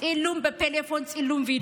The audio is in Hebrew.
צילום בפלאפון, צילום וידיאו.